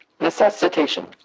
necessitation